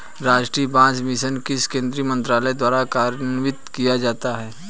राष्ट्रीय बांस मिशन किस केंद्रीय मंत्रालय द्वारा कार्यान्वित किया जाता है?